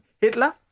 Hitler